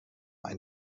ein